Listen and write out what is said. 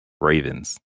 Ravens